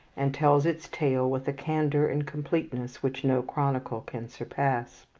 and tells its tale with a candour and completeness which no chronicle can surpass.